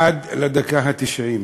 עד לדקה התשעים,